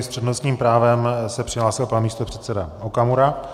S přednostním právem se přihlásil pan místopředseda Okamura.